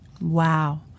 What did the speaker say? Wow